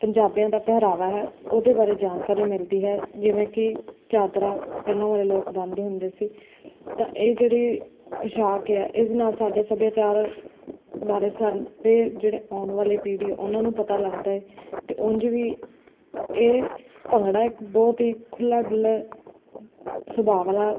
ਪੰਜਾਬੀਆਂ ਦਾ ਪਹਿਰਾਵਾ ਹੈ ਉਹਦੇ ਬਾਰੇ ਜਾਣਕਾਰੀ ਮਿਲਦੀ ਹੈ ਜਿਵੇਂ ਕਿ ਚਾਦਰਾ ਪਹਿਲਾਂ ਵਾਲੇ ਲੋਕ ਬੰਨ੍ਹਦੇ ਹੁੰਦੇ ਸੀ ਤਾਂ ਇਹ ਜਿਹੜੀ ਪੁਸ਼ਾਕ ਹੈ ਇਹਦੇ ਨਾਲ ਸਾਡੇ ਸੱਭਿਆਚਾਰ ਬਾਰੇ ਸਾਡੇ ਜਿਹੜੇ ਆਉਣ ਵਾਲੀ ਪੀੜ੍ਹੀ ਹੈ ਉਨ੍ਹਾਂ ਨੂੰ ਪਤਾ ਲੱਗਦਾ ਹੈ ਅਤੇ ਉਂਝ ਵੀ ਇਹ ਭੰਗੜਾ ਇੱਕ ਬਹੁਤ ਹੀ ਖੁੱਲ੍ਹਾ ਡੁੱਲਾ ਸੁਭਾਅ ਵਾਲਾ